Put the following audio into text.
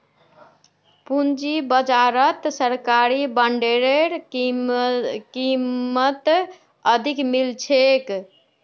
पूंजी बाजारत सरकारी बॉन्डेर कीमत अधिक मिल छेक